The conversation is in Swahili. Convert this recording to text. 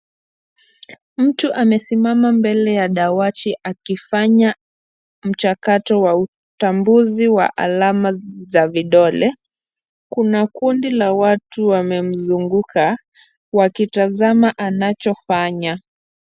Mtu amesimama mbele ya dawati akifanya mchakato wa utambuzi wa alama za vidole. Kuna kundi la watu wamemzunguka wakitazama anachofanya.